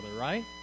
right